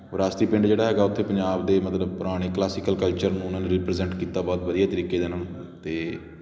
ਵਿਰਾਸਤੀ ਪਿੰਡ ਜਿਹੜਾ ਹੈਗਾ ਉੱਥੇ ਪੰਜਾਬ ਦੇ ਮਤਲਬ ਪੁਰਾਣੇ ਕਲਾਸੀਕਲ ਕਲਚਰ ਨੂੰ ਉਹਨਾਂ ਨੇ ਰੀਪ੍ਰਜੈਂਟ ਕੀਤਾ ਬਹੁਤ ਵਧੀਆ ਤਰੀਕੇ ਦੇ ਨਾਲ ਅਤੇ